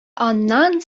аннан